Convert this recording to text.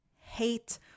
hate